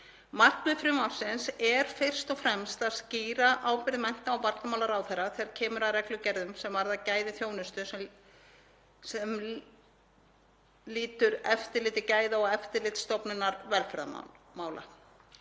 Markmið frumvarpsins er fyrst og fremst að skýra ábyrgð mennta- og barnamálaráðherra þegar kemur að reglugerðum sem varða gæði þjónustu sem lýtur eftirliti Gæða- og eftirlitsstofnunar velferðarmála.